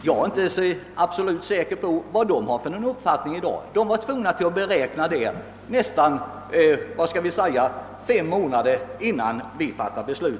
Jag är inte säker på vilken uppfattning man har där i dag, eftersom arbetsmarknadsstyrelsens begäran gjordes fem månader innan vi nu skall fatta beslut.